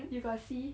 you got see